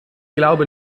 glaube